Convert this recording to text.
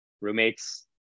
Roommates